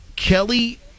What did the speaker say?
Kelly